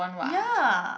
ya